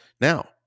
Now